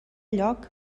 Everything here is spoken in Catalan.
lloc